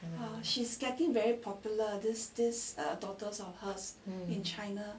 hmm